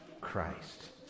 Christ